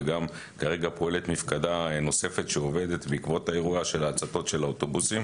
וגם כרגע פועלת מפקדה נוספת שעובדת בעקבות האירוע של הצתות האוטובוסים.